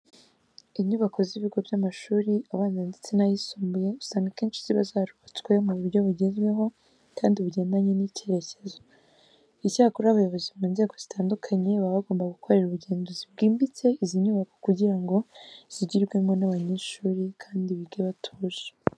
Inyubako z'ibigo by'amashuri abanza ndetse n'ayisumbuye usanga akenshi ziba zarubatswe mu buryo bugezeho kandi bugendanye n'icyerekezo. Icyakora abayobozi mu nzego zitandukanye baba bagomba gukorera ubugenzuzi bwimbitse izi nyubako kugira ngo zigirwemo n'abanyeshuri kandi bige batuje.